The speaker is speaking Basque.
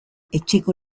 etxeko